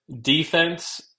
Defense